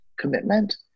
commitment